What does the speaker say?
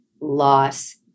loss